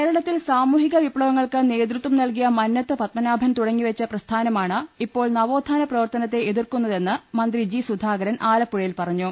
കേരളത്തിൽ സാമൂഹിക വിപ്ലവങ്ങൾക്ക് നേതൃത്വം നൽകിയ മന്നത്ത് പത്മനാഭൻ തുടങ്ങിവെച്ച പ്രസ്ഥാനമാണ് ഇപ്പോൾ നവോ ത്ഥാനപ്രവർത്തനത്തെ എതിർക്കുന്നതെന്ന് മന്ത്രി ജി സുധാകരൻ ആലപ്പുഴയിൽ പറഞ്ഞു